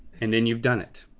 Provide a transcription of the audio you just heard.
and then you've done it,